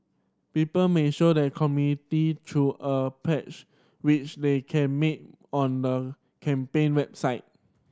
people may show their community through a pledge which they can make on the campaign website